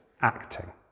acting